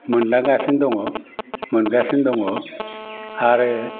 मोनदांगासिनो दङ मोनगासिनो दङ आरो